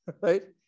right